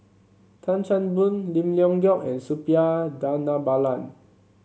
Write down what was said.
Tan Chan Boon Lim Leong Geok and Suppiah Dhanabalan